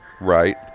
Right